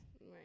right